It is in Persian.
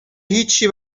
هیچی